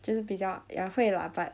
就是比较 ya 会 lah but